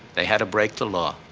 they had to break the law.